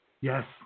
Yes